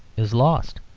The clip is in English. is lost.